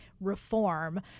reform